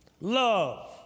Love